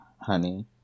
honey